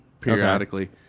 periodically